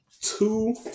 two